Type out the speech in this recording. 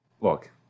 Look